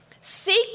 seek